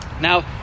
Now